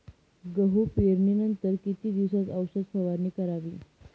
गहू पेरणीनंतर किती दिवसात औषध फवारणी करावी?